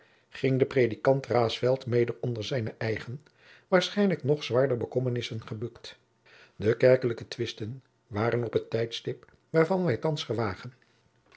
ging de predikant raesfelt mede onder zijne eigen waarschijnlijk nog zwaarder bekommernissen gebukt de kerkelijke twisten waren op het tijdstip waarvan wij thands gewagen